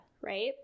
Right